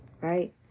right